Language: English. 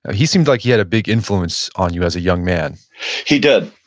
ah he seemed like he had a big influence on you as a young man he did.